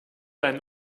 einen